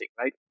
right